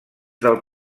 del